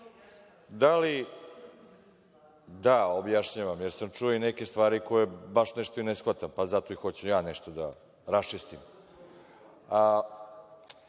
objašnjavaš?)Da. Objašnjavam, jer sam čuo i neke stvari koje baš nešto i ne shvatam, pa zato hoću i ja nešto da raščistim. Da